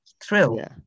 thrill